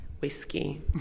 Whiskey